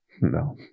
No